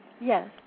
Yes